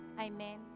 Amen